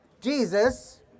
Jesus